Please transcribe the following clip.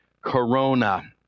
corona